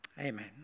Amen